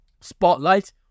spotlight